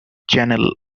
channel